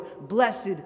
Blessed